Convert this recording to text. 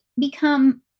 become